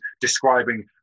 describing